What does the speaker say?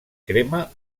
crema